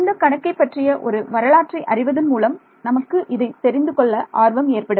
இந்தக் கணக்கைப் பற்றிய ஒரு வரலாற்றை அறிவதன் மூலம் நமக்கு இதை தெரிந்து கொள்ள ஆர்வம் ஏற்படும்